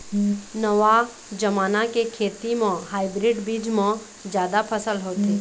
नवा जमाना के खेती म हाइब्रिड बीज म जादा फसल होथे